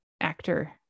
actor